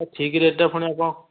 ଏ ଠିକ୍ ରେଟ୍ଟା ପୁଣି ଆପଣ